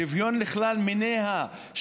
שוויון לכלל מיניה,